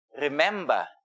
remember